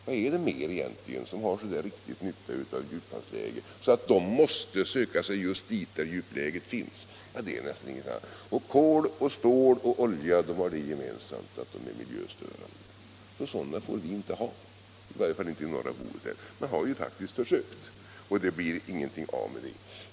Vad är det mer som har den där riktiga nyttan av djuplägen, som gör att man måste söka sig just dit där djupläget finns? Det är nästan ingenting annat. Kol, stål och olja har det gemensamt att de är miljöstörande, och sådant får vi inte ha, i varje fall inte i norra Bohuslän. Man har faktiskt försökt, och det blir ingenting av med det.